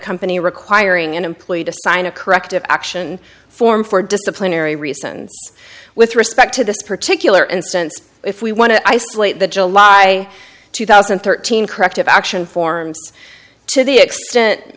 company requiring an employee to sign a corrective action form for disciplinary reasons with respect to this particular instance if we want to isolate the july two thousand and thirteen corrective action forms to the extent